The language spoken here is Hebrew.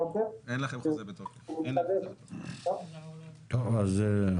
יש לנו חוזה בתוקף -- אין לכם חוזה בתוקף.